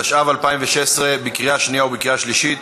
התשע"ו 2016, קריאה שנייה וקריאה שלישית.